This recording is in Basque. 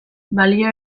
balio